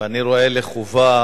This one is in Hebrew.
ואני רואה חובה